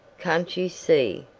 can't you see,